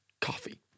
coffee